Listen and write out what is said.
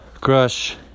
Crush